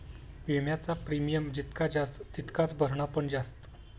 विम्याचा प्रीमियम जितका जास्त तितकाच भरणा पण जास्त